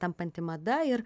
tampanti mada ir